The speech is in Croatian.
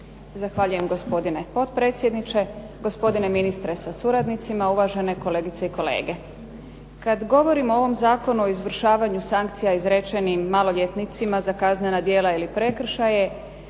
Zahvaljujem gospodine potpredsjedniče, gospodine ministre sa suradnicima, uvažene kolegice i kolege. Kad govorimo o ovom Zakonu o izvršavanju sankcija izrečenim maloljetnicima za kaznena djela ili prekršaje